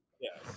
Yes